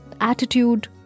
attitude